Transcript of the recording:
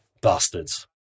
Bastards